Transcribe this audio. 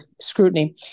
scrutiny